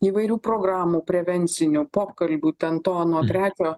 įvairių programų prevencinių pokalbių ten to ano trečio